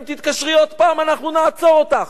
אם תתקשרי עוד פעם אנחנו נעצור אותך.